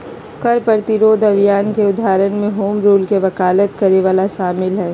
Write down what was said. कर प्रतिरोध अभियान के उदाहरण में होम रूल के वकालत करे वला शामिल हइ